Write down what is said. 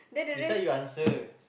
decide you answer